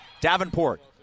Davenport